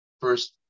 first